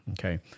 Okay